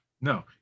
No